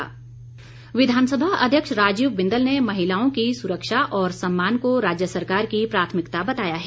बिंदल विधानसभा अध्यक्ष राजीव बिंदल ने महिलाओं की सुरक्षा और सम्मान को राज्य सरकार की प्राथमिकता बताया है